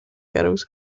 girls